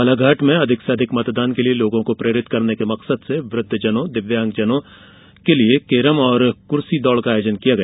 बालाघाट में अधिक से अधिक मतदान के लिए लोगों को प्रेरित करने के मकसद से वृद्वजनों दिव्यांगजनों के लिए केरम और कुर्सी दौड़ का आयोजन किया गया